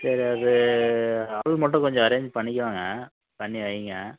சரி அது கொஞ்சம் அரேஞ்ச் பண்ணிகுவாங்க பண்ணி வைங்க